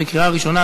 בקריאה ראשונה.